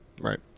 Right